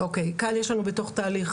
כאן יש לנו בתוך תהליך,